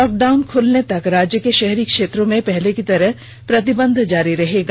lockdown खुलने तक राज्य के शहरी क्षेत्रों में पहले की तरह प्रतिबंध जारी रहेगा